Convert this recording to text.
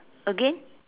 again